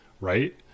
right